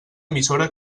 emissora